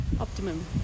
optimum